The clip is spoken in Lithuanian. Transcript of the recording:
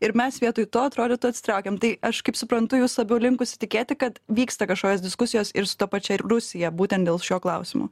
ir mes vietoj to atrodytų atsitraukiam tai aš kaip suprantu jūs labiau linkusi tikėti kad vyksta kažkokios diskusijos ir su ta pačia rusija būtent dėl šio klausimo